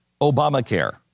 Obamacare